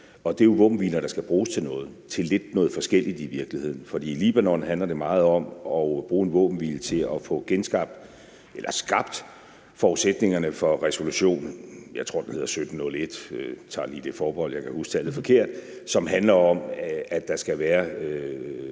det er jo våbenhviler, der skal bruges til noget – til noget lidt forskelligt i virkeligheden. For i Libanon handler det meget om at bruge en våbenhvile til at få skabt forudsætningerne for resolution 1701, tror jeg den hedder – jeg tager lige lidt forbehold over for det, for jeg kan huske tallet forkert – som handler om, at der skal være